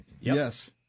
Yes